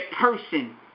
person